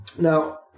Now